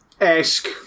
esque